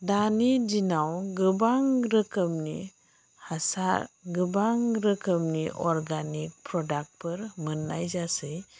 दानि दिनाव गोबां रोखोमनि हासार गोबां रोखोमनि अरगेनिक प्रडाक्टफोर मोननाय जासै